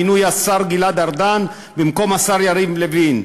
מינוי השר גלעד ארדן במקום השר יריב לוין,